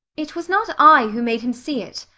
it was not i who made him see it.